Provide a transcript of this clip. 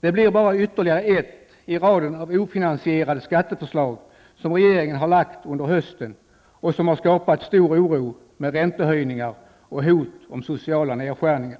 Det blir bara ytterligare ett i raden av ofinansierade skatteförslag som regeringen lagt fram under hösten och som har skapat stor oro för räntehöjningar och hot om sociala nedskärningar.